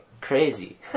crazy